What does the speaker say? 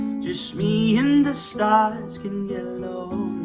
just me and the stars can get lonely